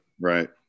Right